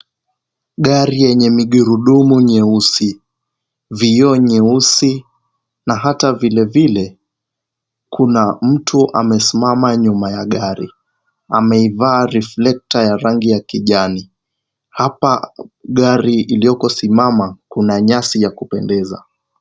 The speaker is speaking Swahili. Gari yenye migurudumu nyeusi, vioo nyeusi, na hata vile vile kuna mtu amesimama nyuma ya gari. Ameivaa reflekta ya rangi ya kijani. Hapa gari iliyoko simama, kuna nyasi ya kupendeza.